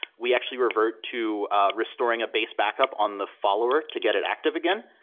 we actually revert to restoring a base backup on the follower to get it active again,